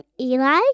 Eli